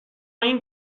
این